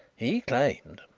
he claimed,